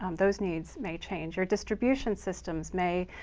um those needs may change your distribution systems may